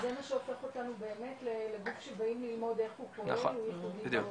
זה מה שהופך אותנו לגוף באים ללמוד איך הוא פועל אנחנו ייחודיים בעולם.